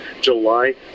July